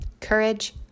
courage